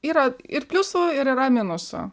yra ir pliusų ir yra minusų